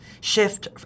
shift